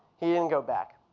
he didn't go back.